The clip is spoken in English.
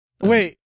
Wait